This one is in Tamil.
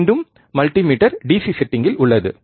மீண்டும் மல்டிமீட்டர் டிசி செட்டிங்கில் உள்ளது